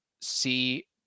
see